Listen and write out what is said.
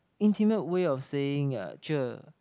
intimate way of saying uh cher